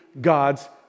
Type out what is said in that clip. God's